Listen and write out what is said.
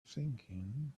thinking